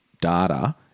data